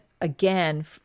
again